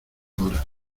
horas